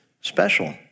special